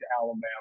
Alabama